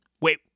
Wait